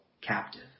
captive